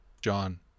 John